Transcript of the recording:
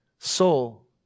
Soul